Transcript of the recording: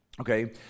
Okay